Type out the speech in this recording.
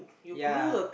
ya